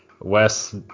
Wes